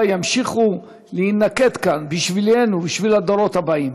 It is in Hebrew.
ימשיכו להינקט כאן בשבילנו ובשביל הדורות הבאים.